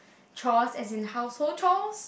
chores as in household chores